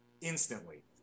instantly